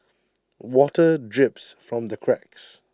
water drips from the cracks